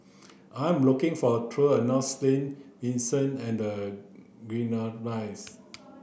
I'm looking for a tour around Saint Vincent and the Grenadines